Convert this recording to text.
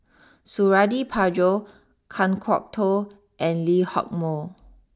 Suradi Parjo Kan Kwok Toh and Lee Hock Moh